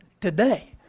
today